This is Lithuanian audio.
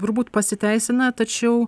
turbūt pasiteisina tačiau